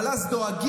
אבל אז דואגים